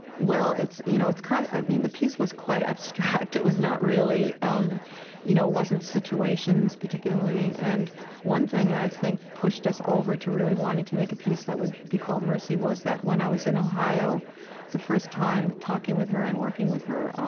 well, you know, kind of i mean, the piece was quite abstract. it was not really, um you know, wasn't situations particularly. and one thing that i think pushed us over to really wanting to make a piece that would be called mercy was that when i was in ohio the first time talking with her and working with her,